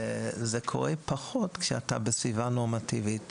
וזה קורה פחות כשאתה בסביבה נורמטיבית,